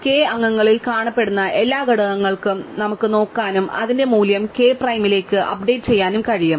K അംഗങ്ങളിൽ കാണപ്പെടുന്ന എല്ലാ ഘടകങ്ങളും നമുക്ക് നോക്കാനും അതിന്റെ മൂല്യം k പ്രൈമിലേക്ക് അപ്ഡേറ്റ് ചെയ്യാനും കഴിയും